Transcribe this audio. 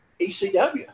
ECW